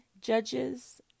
judges